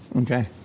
Okay